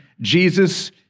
Jesus